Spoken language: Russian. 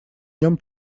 нем